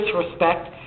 disrespect